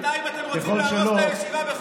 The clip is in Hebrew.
בינתיים אתם רוצים להרוס את הישיבה בחומש.